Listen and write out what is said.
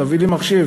תביא לי מחשב,